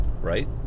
Right